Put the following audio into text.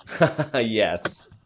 Yes